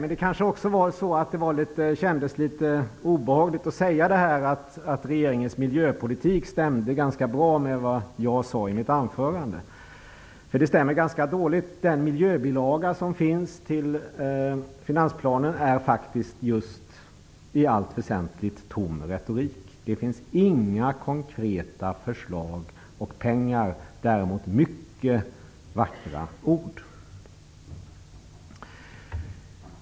Men det kanske berodde på att det kändes litet obehagligt att säga att regeringens miljöpolitik stämmer ganska bra med det som jag sade i mitt anförande. Innehållet i miljöbilagan till finansplanen stämmer ganska dåligt, därför att det är just i allt väsentligt fråga om tom retorik. Den innehåller inga konkreta förslag, men däremot många vackra ord.